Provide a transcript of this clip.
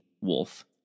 Wolf